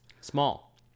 Small